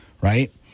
Right